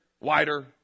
wider